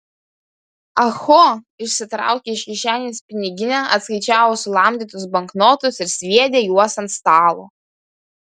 ah ho išsitraukė iš kišenės piniginę atskaičiavo sulamdytus banknotus ir sviedė juos ant stalo